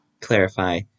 clarify